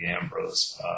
Ambrose